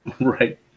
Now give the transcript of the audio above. Right